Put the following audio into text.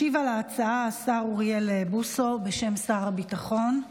ישיב על ההצעה, בשם שר הביטחון,